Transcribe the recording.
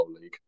League